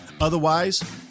Otherwise